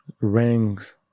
rings